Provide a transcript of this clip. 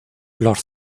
los